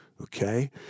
Okay